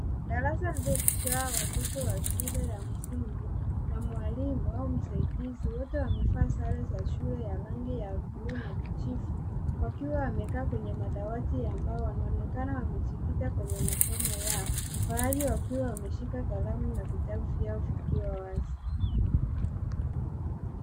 Darasa lililotosha watoto wa shule ya msingi na mwalimu au msaidizi. Wote wamevaa sare za shule ya rangi ya buluu na kijivu wakiwa wamekaa kwenye madawati ya mbao. Wanaonekana wamejikita kwenye masomo yao baadhi wakiwa wameshika kalamu na vitabu vyao vikiwa wazi.